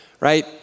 Right